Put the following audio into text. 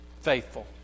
faithful